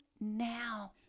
now